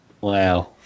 Wow